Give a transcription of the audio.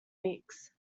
weeks